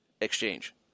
exchange